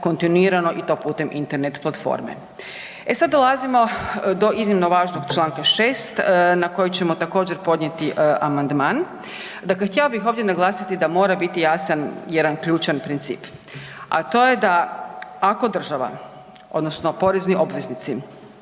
kontinuirano i to putem Internet platforme. E sad dolazimo do iznimno važnog čl. 6. na koji ćemo također podnijeti amandman, dakle htjela bih ovdje naglasiti da mora biti jasan jedan ključan princip, a to je da ako država odnosno porezni obveznici,